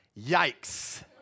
Yikes